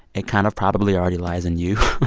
it kind of probably already lies in you.